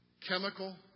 chemical